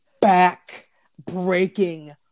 back-breaking